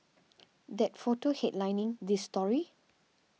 that photo headlining this story